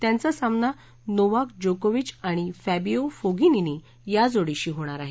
त्यांचा सामना नोवाक जोकोविच आणि फांडिओ फोगिनीनी या जोडीशी होणार आहे